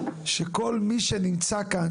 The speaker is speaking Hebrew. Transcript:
שכל מי שנמצא כאן,